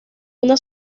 una